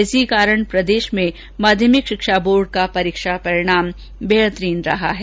इसी कारण प्रदेश में माध्यमिक शिक्षा बोर्ड का परीक्षा परिणाम बेहतरीन रहा है